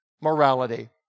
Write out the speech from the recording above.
morality